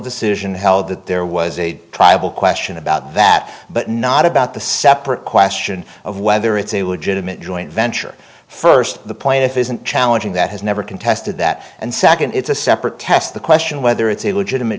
decision held that there was a tribal question about that but not about the separate question of whether it's a legitimate joint venture first point if isn't challenging that has never contested that and second it's a separate test the question whether it's a legitimate